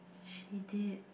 she did